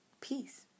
peace